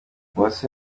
uwase